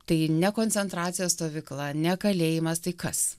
tai ne koncentracijos stovykla ne kalėjimas tai kas